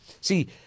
See